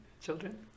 Children